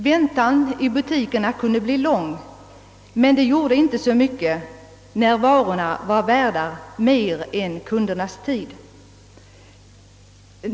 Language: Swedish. Väntan i butikerna kunde bli lång, men det gjorde inte så mycket när varorna var värda mer än kundernas tid.